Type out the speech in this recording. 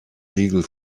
riegel